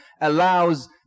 allows